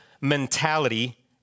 mentality